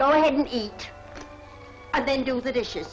go ahead and eat and then do the dishes